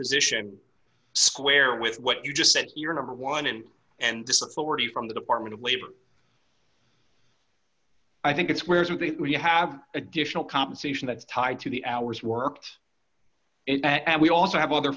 position square with what you just said you're number one in and distance already from the department of labor i think it's where you have additional compensation that's tied to the hours worked and we also have other